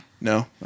no